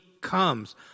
comes